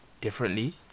differently